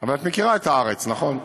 אבל את מכירה את הארץ, נכון?